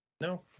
No